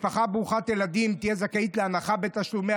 משפחה ברוכת ילדים תהיה זכאית להנחה בתשלומי